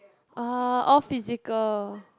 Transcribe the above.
ah all physical